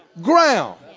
ground